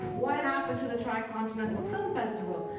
what happened to the tri-continental film festival?